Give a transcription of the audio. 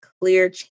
clear